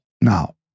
now